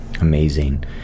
Amazing